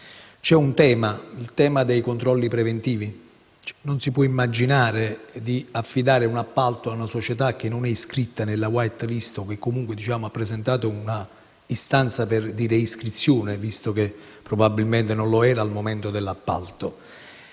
C'è un tema: i controlli preventivi. Non si può immaginare di affidare un appalto a una società che non è iscritta nelle *white list* o che comunque ha presentato un'istanza di reiscrizione, visto che probabilmente non lo era al momento dell'appalto.